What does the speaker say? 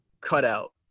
cutout